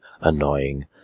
annoying